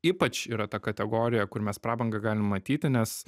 ypač yra ta kategorija kur mes prabangą galim matyti nes